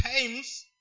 times